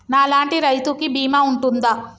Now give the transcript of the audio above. నా లాంటి రైతు కి బీమా ఉంటుందా?